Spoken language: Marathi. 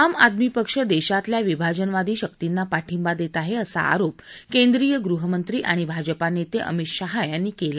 आम आदमी पक्ष देशातल्या विभाजनवादी शर्क्तींना पाठिंबा देत आहे असा आरोप केंद्रीय गृहमंत्री आणि भाजपा नेते अमित शाह यांनी केला